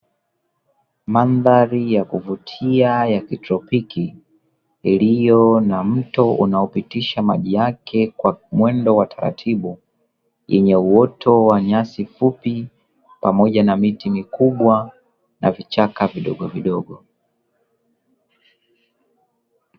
Madhari ya kuvutia ya kitropiki, iliyo na mto unaopitisha maji yake kwa mwendo wa taratibu yenye uoto wa nyasi fupi pamoja na miti mikubwa na vichaka vidogovidogo.